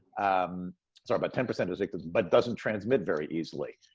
i'm sorry about ten percent victims, but doesn't transmit very easily.